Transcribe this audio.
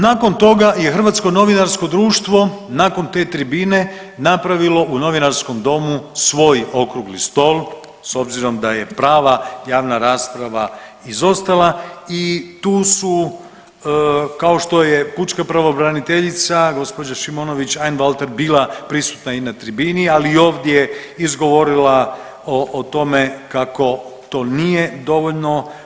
Nakon toga je Hrvatsko novinarsko društvo, nakon te tribine napravilo u Novinarskom domu svoj okrugli stol s obzirom da je je prava javna rasprava izostala i tu su kao što je pučka pravobraniteljica gospođa Šimonović Einwalter bila prisutna i na tribini, ali i ovdje izgovorila o tome kako to nije dovoljno.